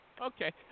Okay